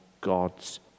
God's